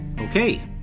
Okay